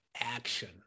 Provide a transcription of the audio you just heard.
action